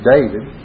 David